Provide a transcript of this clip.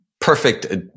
perfect